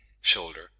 shoulder